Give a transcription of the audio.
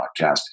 podcast